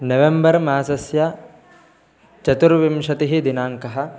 नवेम्बर्मासस्य चतुर्विंशतिः दिनाङ्कः